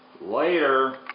Later